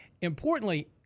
importantly